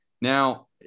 Now